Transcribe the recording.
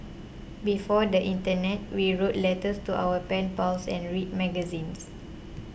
before the internet we wrote letters to our pen pals and read magazines